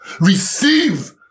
receive